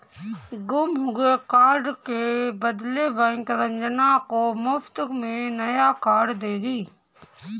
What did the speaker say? गुम हुए कार्ड के बदले बैंक रंजना को मुफ्त में नया कार्ड देगी